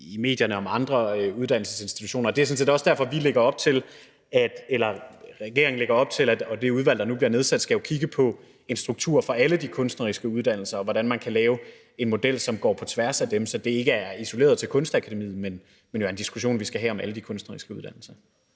i medierne om andre uddannelsesinstitutioner, og det er sådan set også derfor, at regeringen lægger op til en struktur – og det skal det udvalg, der nu bliver nedsat, kigge på – for alle de kunstneriske uddannelser, og hvordan man kan lave en model, som går på tværs af dem, så det ikke er isoleret til Kunstakademiet, men er en diskussion, vi skal have om alle de kunstneriske uddannelser.